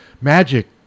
Magic